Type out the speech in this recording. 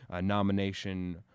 nomination